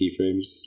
keyframes